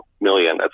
million